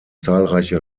zahlreiche